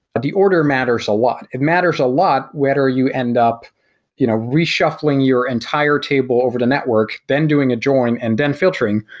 the order matters a lot. it matters a lot whether you end up you know reshuffling your entire table over the network, then doing a join, and then filtering,